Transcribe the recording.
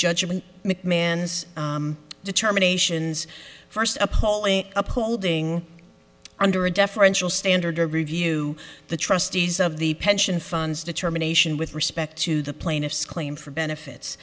judgment mcmahon's determinations first appalling upholding under a deferential standard to review the trustees of the pension funds determination with respect to the plaintiff's claim for benefits